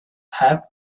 have